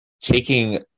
Taking